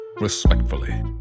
respectfully